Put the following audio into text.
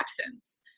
absence